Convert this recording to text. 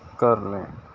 کر لیں